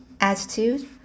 attitude